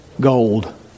Gold